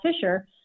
Fisher